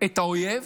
את האויב